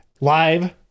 live